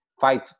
fight